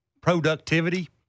productivity